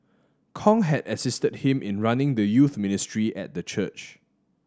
Kong had assisted him in running the youth ministry at the church